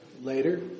later